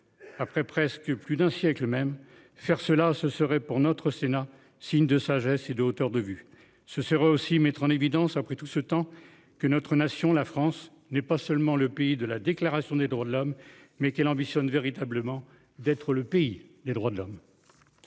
Après presque plus d'un siècle même faire cela ce serait pour notre Sénat signe de sagesse et de hauteur de vue, ce serait aussi mettre en évidence après tout ce temps que notre nation la France n'est pas seulement le pays de la déclaration des droits de l'homme mais qu'elle ambitionne véritablement d'être le pays des droits de l'homme.